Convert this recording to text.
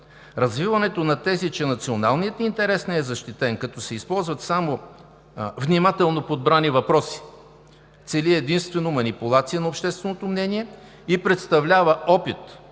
развиването на тези, че националният интерес не е защитен, като се използват само внимателно подбрани въпроси, цели единствено манипулация на общественото мнение и представлява опит